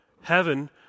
Heaven